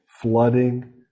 flooding